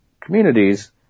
communities